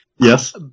Yes